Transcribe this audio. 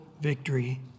victory